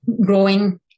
growing